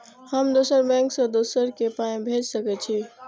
हम दोसर बैंक से दोसरा के पाय भेज सके छी?